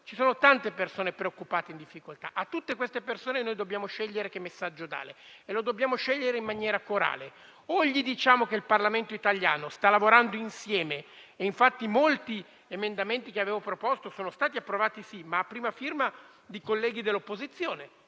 ci sono tante persone preoccupate e in difficoltà; a tutte queste persone noi dobbiamo scegliere che messaggio dare e lo dobbiamo scegliere in maniera corale. Dobbiamo dire loro che il Parlamento italiano sta lavorando insieme; infatti molte delle misure che avevo proposto sono state approvate attraverso emendamenti a prima firma di colleghi dell'opposizione.